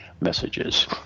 messages